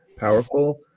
powerful